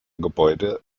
gebäude